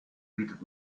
bietet